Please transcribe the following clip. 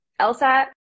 LSAT